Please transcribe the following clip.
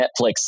Netflix